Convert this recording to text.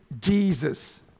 Jesus